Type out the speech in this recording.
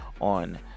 on